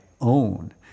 own